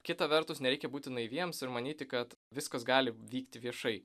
kita vertus nereikia būti naiviems ir manyti kad viskas gali vykti viešai